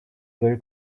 their